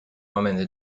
امنه